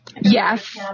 Yes